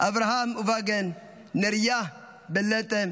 אברהם אובגן, נריה בלטה,